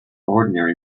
ordinary